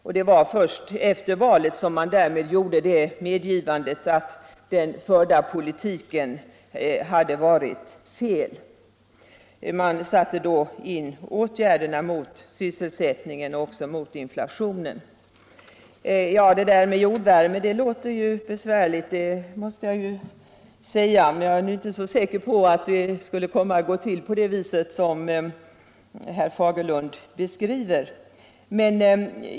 Det var alltså först efter valet som man gjorde medgivandet att den förda politiken hade varit felaktig. Man satte då — alldeles för sent — in åtgärder mot arbetslösheten och även mot inflationen. Det där med jordvärme låter besvärligt. Men jag är inte säker på att det går till så som herr Fagerlund beskriver det.